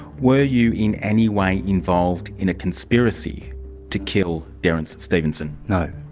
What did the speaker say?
were you in any way involved in a conspiracy to kill derrance stevenson? no.